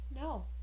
No